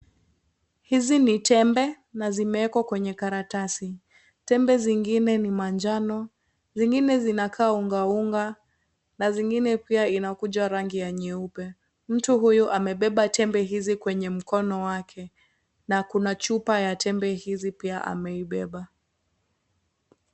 Hizi ni tembe na zimewekwa kwenye karatasi. Tembe zingine ni manjano, zingine zinakaa ungaunga, na zingine pia inakuja rangi ya nyeupe. Mtu huyu amebeba tembe hizi kwenye mkono wake na kuna chupa ya tembe hizi pia ameibeba.